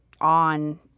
on